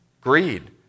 greed